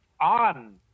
on